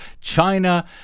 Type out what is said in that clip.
China